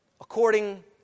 according